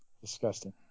Disgusting